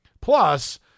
Plus